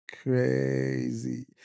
crazy